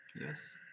yes